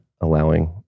allowing